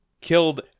killed